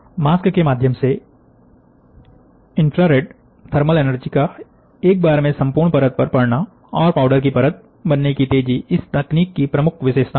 mask के माध्यम से इन्फ्रारेड थर्मल एनर्जी का एक बार में संपूर्ण परत पर पड़ना और पाउडर की परत बनने की तेजी इस तकनीक की प्रमुख विशेषताएं हैं